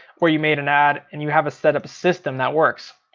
or you made an ad and you have a set up system that works.